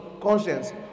conscience